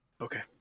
Okay